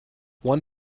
one